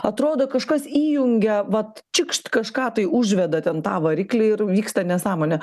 atrodo kažkas įjungia vat čikšt kažką tai užveda ten tą variklį ir vyksta nesąmonė